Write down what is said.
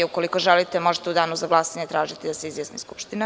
Ukoliko želite, možete u Danu za glasanje da tražite da se izjasni Skupština.